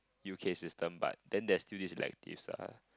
U_K system but then there's still this electives lah